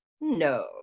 No